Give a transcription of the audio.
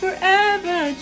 Forever